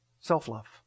self-love